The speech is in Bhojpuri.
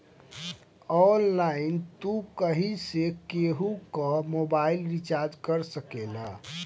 ऑनलाइन तू कहीं से केहू कअ मोबाइल रिचार्ज कर सकेला